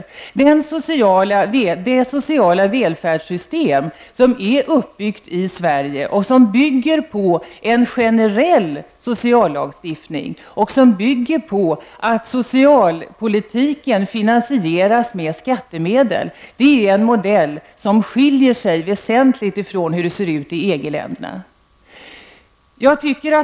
Det sociala välfärdssystem som finns i Sverige med en generell sociallagstiftning som grund bygger på att socialpolitiken finansieras med skattemedel. Det är en modell som skiljer sig väsentligt från hur det ser ut i EG-länderna.